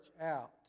out